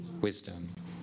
wisdom